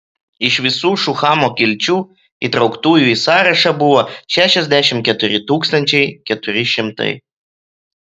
iš visų šuhamo kilčių įtrauktųjų į sąrašą buvo šešiasdešimt keturi tūkstančiai keturi šimtai